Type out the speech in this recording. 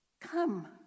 come